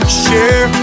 share